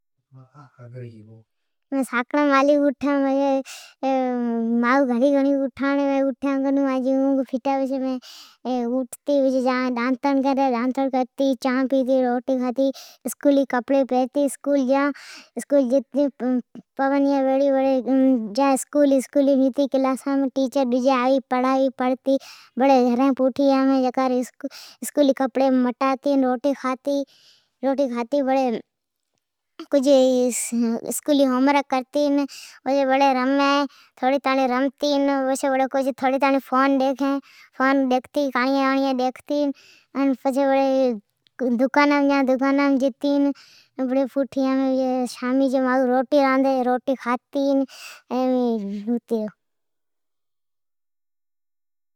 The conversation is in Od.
ماجی مائو گھڑی گھڑی اوٹھائڑو آوی مین اوٹھے کونے ۔ اوٹھتے ڈاتڑ کرتے راٹی کھاتے اسکولی جی کپڑی پرتے اسکول جان پون یان بھیڑی پچھے کلاسامین ٹیچر ڈجی پڑھائین پچھے پوٹھے آوہن پچھے اسکولی جئ کپڑی مٹاوین پچھے اسکولی جا ھوم ورک کرتی تھوڑئ تائین رمین پچھے تھوڑی تائین فون ڈکھی کاڑیا ڈجیا ڈکھین چھے پچھے دکان نا مین جان چھے بڑی پوٹھے آوین شام مین جی مائو روٹیا رادی روٹیا کھلتے نوتے رھون